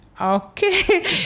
okay